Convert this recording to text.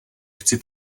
chci